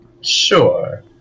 Sure